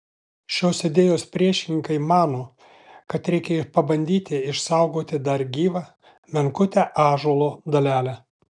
šios idėjos priešininkai mano kad reikia pabandyti išsaugoti dar gyvą menkutę ąžuolo dalelę